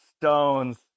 stones